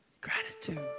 gratitude